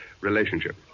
relationship